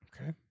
Okay